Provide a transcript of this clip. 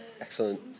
Excellent